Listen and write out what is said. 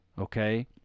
okay